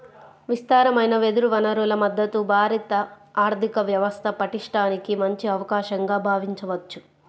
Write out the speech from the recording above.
విస్తారమైన వెదురు వనరుల మద్ధతు భారత ఆర్థిక వ్యవస్థ పటిష్టానికి మంచి అవకాశంగా భావించవచ్చు